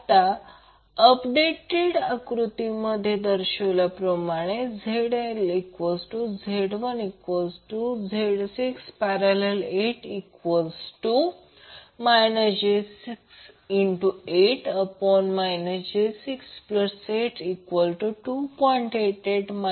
आता अद्ययावत सर्किट आकृतीमध्ये दर्शविल्याप्रमाणे Z1 Z1 j6।।8 j68 j682